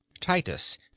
titus